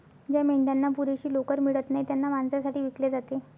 ज्या मेंढ्यांना पुरेशी लोकर मिळत नाही त्यांना मांसासाठी विकले जाते